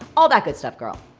all that good stuff girl.